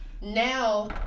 Now